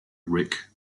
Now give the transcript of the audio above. rick